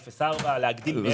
0.4. להגדיל מעבר לזה?